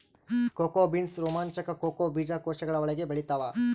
cocoa beans ರೋಮಾಂಚಕ cocoa ಬೀಜಕೋಶಗಳ ಒಳಗೆ ಬೆಳೆತ್ತವ